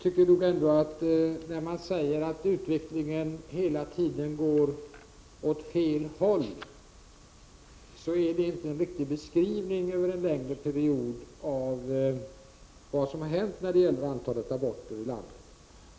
Fru talman! När man säger att utvecklingen hela tiden går åt fel håll är det inte en riktig beskrivning av vad som har hänt när det gäller antalet aborter i landet över en längre period.